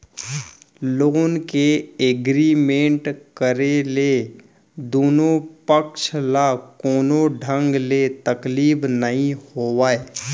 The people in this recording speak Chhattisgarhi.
लोन के एगरिमेंट करे ले दुनो पक्छ ल कोनो ढंग ले तकलीफ नइ होवय